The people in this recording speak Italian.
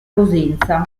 cosenza